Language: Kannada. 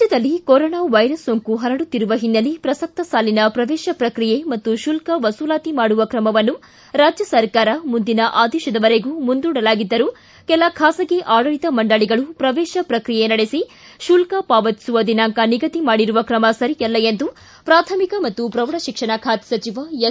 ರಾಜ್ಯದಲ್ಲಿ ಕೊರೋನಾ ವೈರಸ್ ಸೋಂಕು ಪರಡುತ್ತಿರುವ ಹಿನ್ನೆಲೆ ಪ್ರಸಕ್ತ ಸಾಲಿನ ಪ್ರವೇಶ ಪ್ರಕ್ರಿಯೆ ಹಾಗೂ ಶುಲ್ಕ ವಸೂಲಾತಿ ಮಾಡುವ ಕ್ರಮವನ್ನು ರಾಜ್ಯ ಸರ್ಕಾರ ಮುಂದಿನ ಆದೇಶದವರೆಗೂ ಮುಂದೂಡಲಾಗಿದ್ದರೂ ಕೆಲ ಬಾಸಗಿ ಆಡಳಿತ ಮಂಡಳಿಗಳು ಪ್ರವೇಶ ಪ್ರಕ್ರಿಯೆ ನಡೆಸಿ ಶುಲ್ಕ ಪಾವತಿಸುವ ದಿನಾಂಕ ನಿಗದಿ ಮಾಡಿರುವ ಕ್ರಮ ಸರಿಯಲ್ಲ ಎಂದು ಪ್ರಾಥಮಿಕ ಮತ್ತು ಪ್ರೌಢಶಿಕ್ಷಣ ಖಾತೆ ಸಚಿವ ಎಸ್